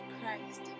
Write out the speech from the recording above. Christ